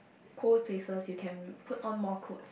cold places you can put on more clothes